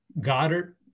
Goddard